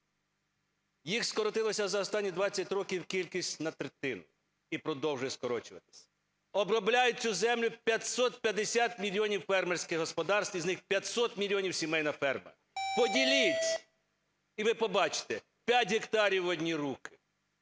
Їх скоротилася за останні 20 років кількість на третину і продовжує скорочуватись. Обробляють цю землю 550 мільйонів фермерських господарств із них 500 мільйонів – сімейна ферма. Поділіть, і ви побачите: 5 гектарів в одні руки.